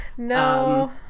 No